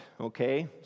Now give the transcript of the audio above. okay